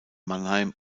mannheim